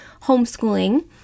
homeschooling